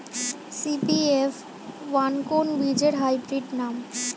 CBF one কোন বীজের hybrid নাম?